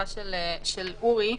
שלוקחים.